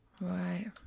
Right